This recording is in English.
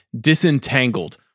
disentangled